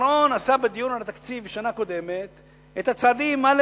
בר-און עשה בדיון על התקציב בשנה הקודמת את הצעדים א',